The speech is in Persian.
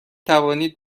توانید